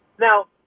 Now